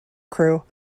crew